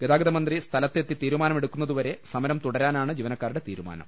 ഗതാഗതമന്ത്രി സ്ഥലത്തെത്തി തീരുമാനമെടുക്കുന്നതുവരെ സമരം തുടരാനാണ് ജീവനക്കാരുടെ തീരുമാനം